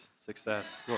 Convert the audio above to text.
Success